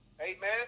Amen